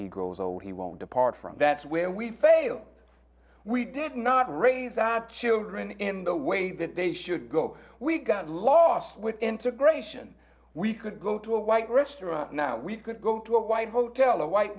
he grows old he won't depart from that's where we fail we did not raise our children in the way that they should go we got lost with integration we could go to a white restaurant now we could go to a white hotel a white